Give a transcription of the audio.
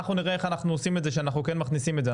אנחנו נראה איך אנחנו עושים את זה שאנחנו כן מכניסים את זה.